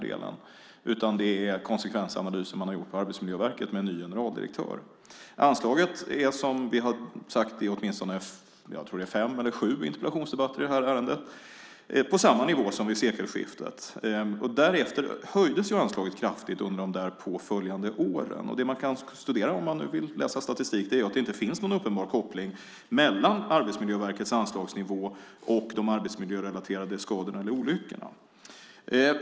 Det är konsekvensanalyser som man har gjort på Arbetsmiljöverket med en ny generaldirektör. Anslaget är, som vi har sagt i åtminstone fem eller sju interpellationsdebatter i det här ärendet, på samma nivå som vid sekelskiftet. Därefter höjdes anslaget kraftigt under de därpå följande åren. Om man vill läsa statistik kan man studera att det inte finns någon uppenbar koppling mellan Arbetsmiljöverkets anslagsnivå och de arbetsmiljörelaterade skadorna vid olyckor.